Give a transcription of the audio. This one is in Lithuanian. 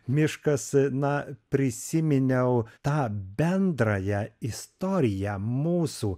miškas na prisiminiau tą bendrąją istoriją mūsų